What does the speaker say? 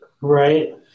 Right